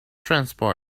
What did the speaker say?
transport